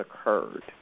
occurred